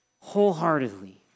wholeheartedly